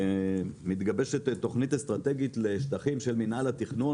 מתגבשת תוכנית אסטרטגית לשטחים של מנהל התכנון,